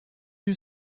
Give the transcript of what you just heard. yüz